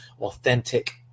authentic